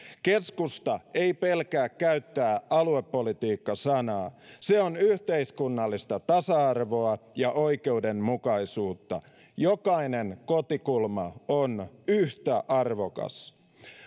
keskusta ei pelkää käyttää aluepolitiikka sanaa se on yhteiskunnallista tasa arvoa ja oikeudenmukaisuutta jokainen kotikulma on yhtä arvokas